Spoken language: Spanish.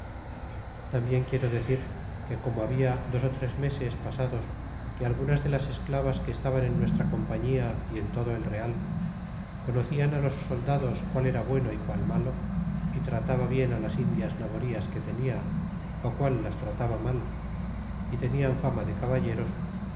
tambien quiero decir que como ya había dos ó tres meses pasados que algunas de las esclavas que estaban en nuestra compañía y en todo el real cono clan á los soldados qual era bueno é qual malo y trataba bien las indias naborias que tenia qual las trataba mal y tenian fama de caballeros